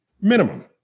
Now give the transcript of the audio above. minimum